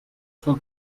son